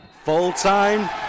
Full-time